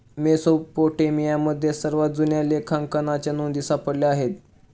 मेसोपोटेमियामध्ये सर्वात जुन्या लेखांकनाच्या नोंदी सापडल्या आहेत